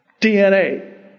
DNA